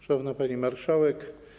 Szanowna Pani Marszałek!